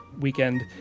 weekend